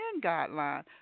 guideline